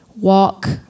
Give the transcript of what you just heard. Walk